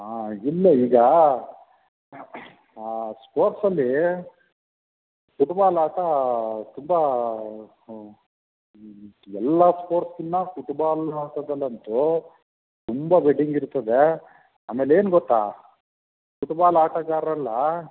ಹಾಂ ಇಲ್ಲ ಈಗ ಸ್ಪೋರ್ಟ್ಸಲ್ಲಿ ಪುಟ್ಬಾಲ್ ಆಟಾ ತುಂಬ ಎಲ್ಲ ಸ್ಪೋರ್ಟ್ಸ್ಗಿನ್ನ ಪುಟ್ಬಾಲ್ ಆಟದಲ್ಲಿ ಅಂತೂ ತುಂಬ ಬೆಟ್ಟಿಂಗ್ ಇರ್ತದೆ ಆಮೇಲೆ ಏನು ಗೊತ್ತಾ ಪುಟ್ಬಾಲ್ ಆಟಗಾರರೆಲ್ಲಾ